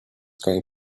going